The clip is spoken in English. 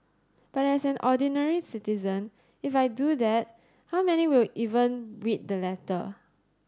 but as an ordinary citizen if I do that how many will even read the letter